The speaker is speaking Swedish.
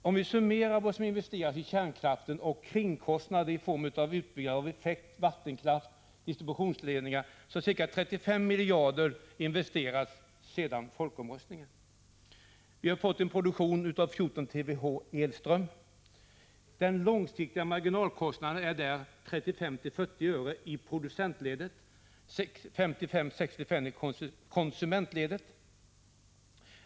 Om vi summerar vad som investerats i kärnkraften och kringkostnader i form av utbyggnad av effekt, vattenkraft och distributionsledningar visar det sig att ca 35 miljarder har investerats sedan folkomröstningen. Vi har fått en produktion av 14 TWh elström. Den långsiktiga marginalkostnaden är där 35-40 öre i producentledet och 55-65 öre i konsumentledet.